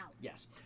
Yes